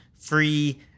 free